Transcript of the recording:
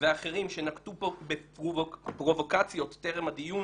ואחרים שנקטו פה בפרובוקציות טרם הדיון.